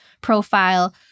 profile